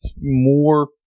more